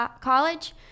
College